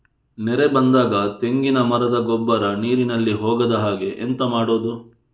ನೆರೆ ಬಂದಾಗ ತೆಂಗಿನ ಮರದ ಗೊಬ್ಬರ ನೀರಿನಲ್ಲಿ ಹೋಗದ ಹಾಗೆ ಎಂತ ಮಾಡೋದು?